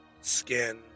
skin